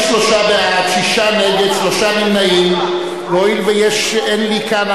43 ההצעה להעביר את הצעת חוק הרבנות הראשית לישראל (תיקון,